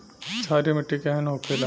क्षारीय मिट्टी केहन होखेला?